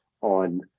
on